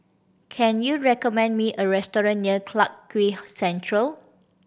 can you recommend me a restaurant near Clarke Quay Central